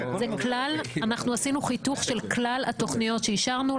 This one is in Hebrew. אנחנו עשינו חיתוך של כלל התוכניות שאישרנו,